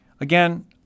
Again